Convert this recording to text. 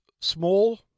small